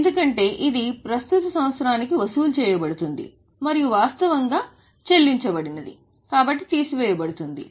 ఎందుకంటే ఇది ప్రస్తుత సంవత్సరానికి వసూలు చేయబడుతుంది మరియు వాస్తవానికి చెల్లించబడినది తీసివేయబడుతుంది